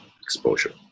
exposure